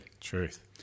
Truth